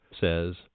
says